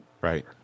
Right